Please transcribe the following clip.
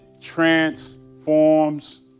transforms